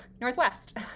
northwest